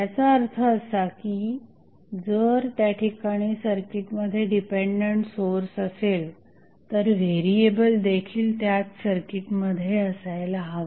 याचा अर्थ असा की जर त्या ठिकाणी सर्किटमध्ये डिपेंडंट सोर्स असेल तर व्हेरिएबल देखील त्याच सर्किटमध्ये असायला हवा